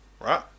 right